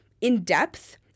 in-depth